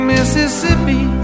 Mississippi